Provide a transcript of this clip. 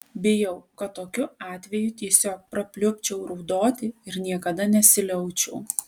bijau kad tokiu atveju tiesiog prapliupčiau raudoti ir niekada nesiliaučiau